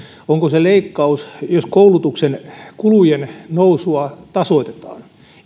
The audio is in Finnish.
onko se leikkaus jos koulutuksen kulujen nousua tasoitetaan